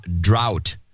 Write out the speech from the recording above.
drought